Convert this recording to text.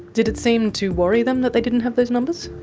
did it seem to worry them that they didn't have those numbers?